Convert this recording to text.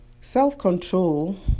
Self-control